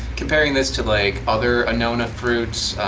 comparing this to like other annona fruits,